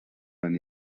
van